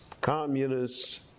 communists